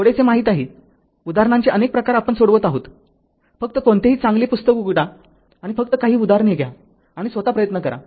थोडेसे माहित आहेउदाहरणांचे अनेक प्रकार आपण सोडवत आहोतफक्त कोणतेही चांगले पुस्तक उघडा आणि फक्त काही उदाहरणे घ्या आणि स्वतः प्रयत्न करा